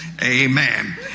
amen